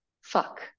Fuck